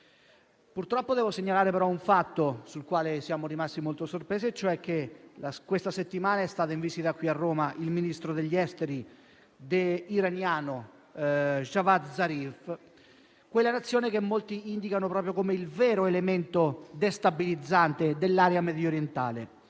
Purtroppo, devo però segnalare un fatto sul quale siamo rimasti molto sorpresi e cioè che questa settimana è stato in visita qui a Roma Javad Zarif, ministro degli esteri iraniano, di quella Nazione che molti indicano proprio come il vero elemento destabilizzante dell'area mediorientale.